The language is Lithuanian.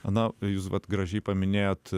na jūs vat gražiai paminėjot